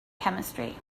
chemistry